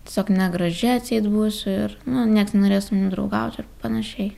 tiesiog negraži atseit būsiu ir nu nieks nenorės su manim draugaut ir panašiai